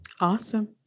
Awesome